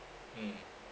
mm